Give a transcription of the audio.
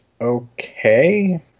okay